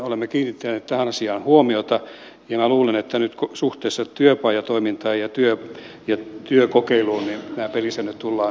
olemme kiinnittäneet tähän asiaan huomiota ja minä luulen että nyt suhteessa työpajatoimintaan ja työkokeiluun näitä pelisääntöjä tullaan selkeyttämään